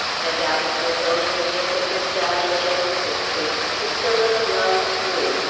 and, out of the loneliness of her sad little existence, priscilla's love grew,